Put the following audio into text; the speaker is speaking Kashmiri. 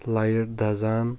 لایٹ دزان